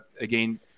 again